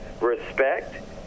respect